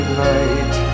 night